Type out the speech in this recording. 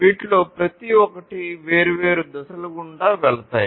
వీటిలో ప్రతి ఒక్కటి వేర్వేరు దశల గుండా వెళతాయి